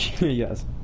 Yes